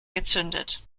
gezündet